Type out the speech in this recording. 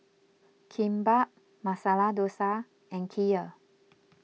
Kimbap Masala Dosa and Kheer